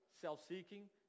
self-seeking